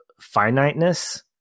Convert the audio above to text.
finiteness